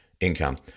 income